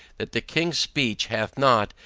that the king's speech, hath not,